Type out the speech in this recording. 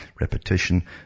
repetition